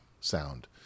sound